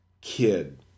kid